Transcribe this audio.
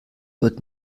heute